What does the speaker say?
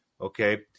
Okay